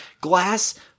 glass